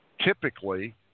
typically